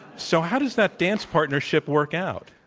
so how does that dance partnership work out?